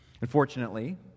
Unfortunately